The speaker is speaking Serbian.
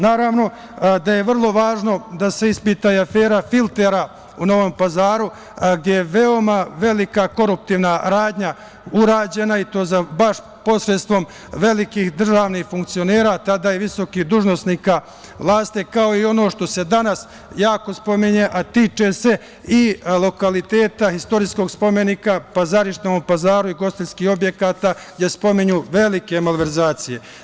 Naravno da je vrlo važno da se ispita i afera filtera u Novom Pazaru, gde je veoma velika koruptivna radnja urađena, i to baš posredstvom velikih državnih funkcionera, tada i visokih dužnosnika, kao i ono što se danas jako spominje, a tiče se i lokaliteta istorijskog spomenika Pazarište u Novom Pazaru i ugostiteljskih objekata gde se pominju velike malverzacije.